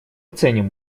ценим